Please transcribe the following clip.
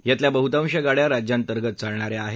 यातल्या बहुतांश गाड्या राज्यांतर्गत चालणाऱ्या आहेत